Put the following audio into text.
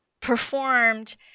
performed